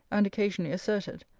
and occasionally asserted,